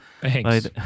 Thanks